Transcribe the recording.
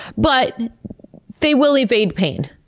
but they will evade pain.